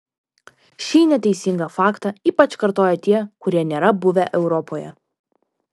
šį neteisingą faktą ypač kartoja tie kurie nėra buvę europoje